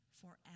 forever